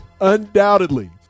undoubtedly